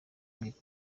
bubiko